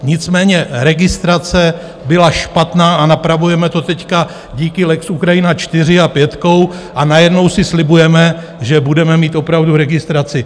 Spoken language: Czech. Nicméně registrace byla špatná a napravujeme to teď díky lex Ukrajina 4 a pětkou a najednou si slibujeme, že budeme mít opravdu registraci.